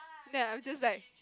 ya I am just like